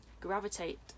Gravitate